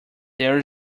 there